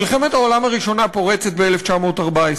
מלחמת העולם הראשונה פורצת ב-1914,